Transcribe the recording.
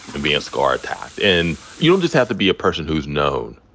and being scar-attacked. and you don't just have to be a person who's known.